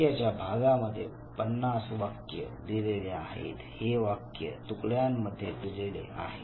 वाक्याच्या भागामध्ये 50 वाक्य दिलेले आहेत हे वाक्य तुकड्यांमध्ये दिलेले आहे